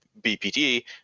BPD